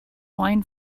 wine